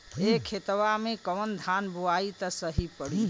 ए खेतवा मे कवन धान बोइब त सही पड़ी?